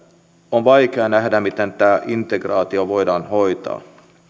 on vaikea nähdä miten tämä integraatio voidaan hoitaa